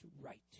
right